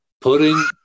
Putting